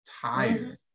tired